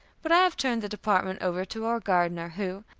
but i have turned that department over to our gardener, who,